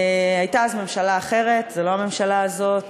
הייתה אז ממשלה אחרת, זו לא הממשלה הזאת,